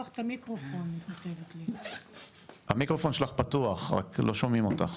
המיקרופון שלך פתוח רק לא שומעים אותך.